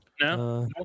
no